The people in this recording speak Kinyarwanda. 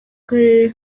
karere